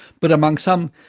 but among some,